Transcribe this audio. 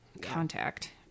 contact